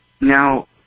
Now